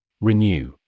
Renew